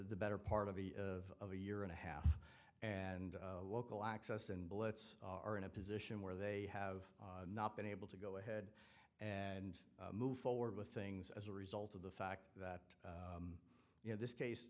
the better part of the of a year and a half and local access and bullets are in a position where they have not been able to go ahead and move forward with things as a result of the fact that you know this case